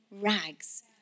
rags